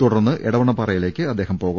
തുടർന്ന് എടവണ്ണപ്പാറയിലേക്ക് അദ്ദേഹം പോവും